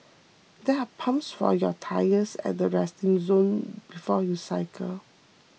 there are pumps for your tyres at the resting zone before you cycle